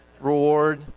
Reward